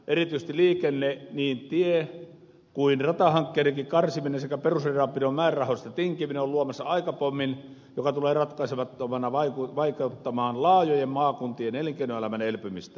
erityisesti liikenne niin tie kuin ratahankkeidenkin karsiminen sekä perusradanpidon määrärahoista tinkiminen on luomassa aikapommin joka tulee ratkaisemattomana vaikeuttamaan laajojen maakuntien elinkeinoelämän elpymistä